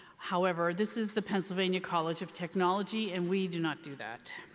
however, this is the pennsylvania college of technology and we do not do that.